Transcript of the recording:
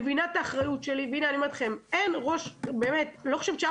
מבינה את האחריות שלי אני לא חושבת שהיה